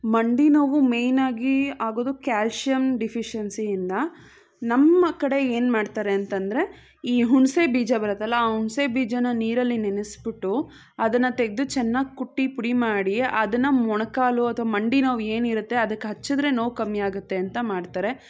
ಮಂಡಿ ನೋವು ಮೇಯ್ನಾಗಿ ಆಗೋದು ಕ್ಯಾಲ್ಶಿಯಂ ಡಿಫಿಶಿಯೆನ್ಸಿಯಿಂದ ನಮ್ಮ ಕಡೆ ಏನ್ಮಾಡ್ತಾರೆ ಅಂತಂದರೆ ಈ ಹುಣಸೇ ಬೀಜ ಬರುತ್ತಲ್ಲ ಆ ಹುಣಸೇ ಬೀಜನ ನೀರಲ್ಲಿ ನೆನೆಸ್ಬಿಟ್ಟು ಅದನ್ನು ತೆಗೆದು ಚೆನ್ನಾಗಿ ಕುಟ್ಟಿ ಪುಡಿ ಮಾಡಿ ಅದನ್ನು ಮೊಣಕಾಲು ಅಥ್ವಾ ಮಂಡಿ ನೋವು ಏನಿರುತ್ತೆ ಅದಕ್ಕೆ ಹಚ್ಚಿದರೆ ನೋವು ಕಮ್ಮಿ ಆಗುತ್ತೆ ಅಂತ ಮಾಡ್ತಾರೆ